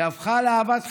שהפכה לאהבת חייו,